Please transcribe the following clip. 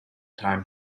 time